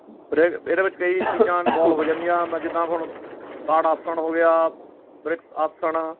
ਪਰ ਇਹ ਇਹਦੇ ਵਿੱਚ ਕਈ ਚੀਜ਼ਾਂ ਇਨਵੋਲਵ ਹੋ ਜਾਂਦੀਆਂ ਮੈਂ ਜਿੱਦਾਂ ਹੁਣ ਤਾੜ ਆਸਣ ਹੋ ਗਿਆ ਬ੍ਰਿਕਸ ਆਸਣ